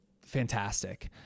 fantastic